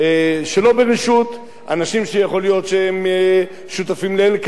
אנשים שיכול להיות שהם שותפים ל"אל-קאעידה" מישהו שהגיע מצפון-סודן,